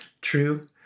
True